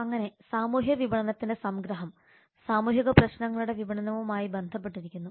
അങ്ങനെ സാമൂഹ്യ വിപണനത്തിന്റെ സംഗ്രഹം സാമൂഹിക പ്രശ്നങ്ങളുടെ വിപണനവുമായി ബന്ധപ്പെട്ടിരിക്കുന്നു